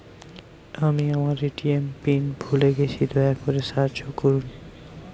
আমি আমার ATM pin ভুলে গেছি, দয়া করে সাহায্য করুন